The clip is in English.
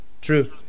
True